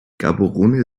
gaborone